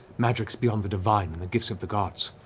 magics beyond the divine, the gifts of the gods,